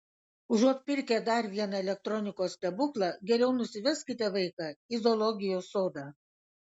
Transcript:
užuot pirkę dar vieną elektronikos stebuklą geriau nusiveskite vaiką į zoologijos sodą